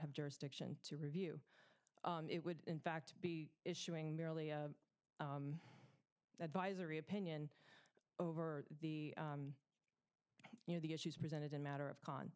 have jurisdiction to review it would in fact be issuing merely advisory opinion over the you know the issues presented in a matter of con